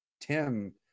Tim